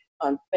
on